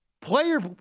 player